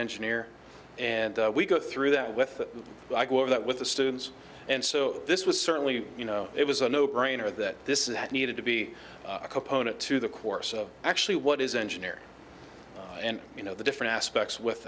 engineer and we go through that with i go over that with the students and so this was certainly you know it was a no brainer that this is that needed to be a capo to to the course of actually what is engineer and you know the different aspects with